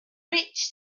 rich